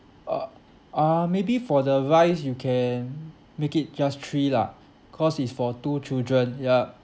uh uh maybe for the rice you can make it just three lah cause it's for two children ya